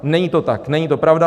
Není to tak, není to pravda.